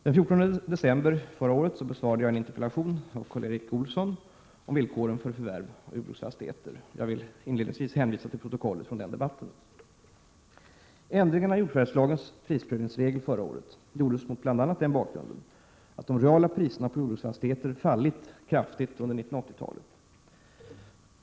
Den 14 december 1987 besvarade jag en interpellation av Karl Erik Olsson om villkoren för förvärv av jordbruksfastigheter. Jag vill inledningsvis hänvisa till protokollet från den debatten. Ändringarna i jordförvärvslagens prisprövningsregel förra året gjordes mot bl.a. den bakgrunden att de reala priserna på jordbruksfastigheter fallit kraftigt under 1980-talet.